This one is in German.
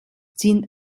sind